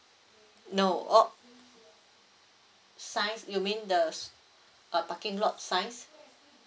no all size you mean the uh parking lot size